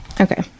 okay